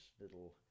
little